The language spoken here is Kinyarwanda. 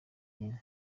nyine